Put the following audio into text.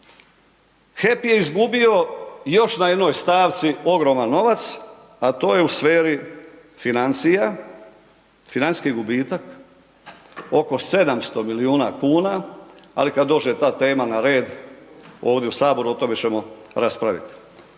HEP je izgubio još na jednoj stavci ogroman novac, a to je u sferi financija, financijski gubitak oko 700 milijuna kuna, ali kad dođe ta tema na red ovdje u saboru o tome ćemo raspravit.